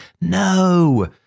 No